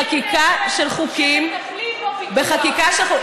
יש חברי כנסת שמטפלים בפיקוח.